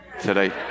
today